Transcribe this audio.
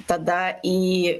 tada į